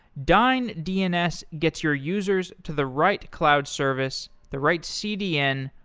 dyn dns gets your users to the right cloud service, the right cdn,